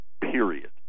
period